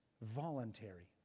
Voluntary